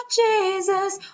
jesus